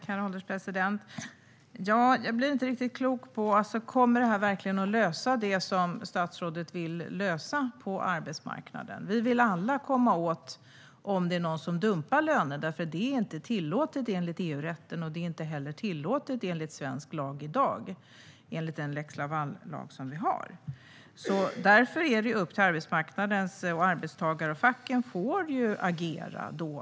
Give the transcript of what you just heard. Herr ålderspresident! Jag blir inte riktigt klok på om det här verkligen kommer att lösa det som statsrådet vill lösa på arbetsmarknaden. Vi vill alla komma åt problemet om det är någon som dumpar löner, för det är inte tillåtet enligt EU-rätten och inte heller enligt vår svenska lex Laval i dag. Därför är det upp till arbetsmarknadens parter, och facken får ju agera då.